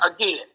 again